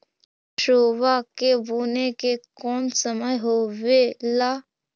सरसोबा के बुने के कौन समय होबे ला?